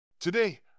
today